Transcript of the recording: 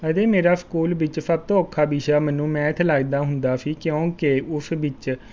ਅਜੇ ਮੇਰਾ ਸਕੂਲ ਵਿੱਚ ਸਭ ਤੋਂ ਔਖਾ ਵਿਸ਼ਾ ਮੈਨੂੰ ਮੈਥ ਲੱਗਦਾ ਹੁੰਦਾ ਸੀ ਕਿਉਂਕਿ ਉਸ ਵਿੱਚ